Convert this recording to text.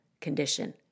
condition